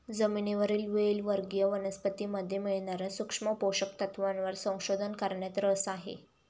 जमिनीवरील वेल वर्गीय वनस्पतीमध्ये मिळणार्या सूक्ष्म पोषक तत्वांवर संशोधन करण्यात रस आहे